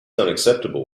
unacceptable